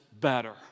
better